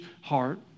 heart